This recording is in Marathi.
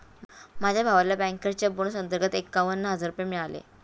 माझ्या भावाला बँकर्सच्या बोनस अंतर्गत एकावन्न हजार रुपये मिळाले